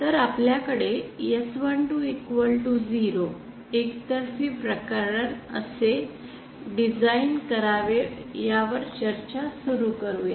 तर आपल्याकडे S120 एकतर्फी प्रकरण कसे डिझाइन करावे यावर चर्चा सुरू करूया